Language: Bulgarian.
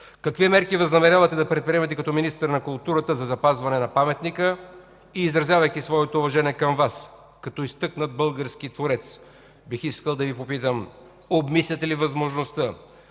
Какви мерки възнамерявате да предприемете като министър на културата за запазване на паметника? Изразявайки своето уважение към Вас като изтъкнат български творец, бих искал да Ви попитам: обмисляте ли възможността